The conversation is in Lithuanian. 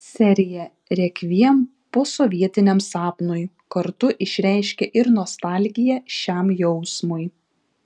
serija rekviem posovietiniam sapnui kartu išreiškia ir nostalgiją šiam jausmui